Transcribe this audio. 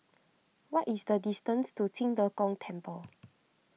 what is the distance to Qing De Gong Temple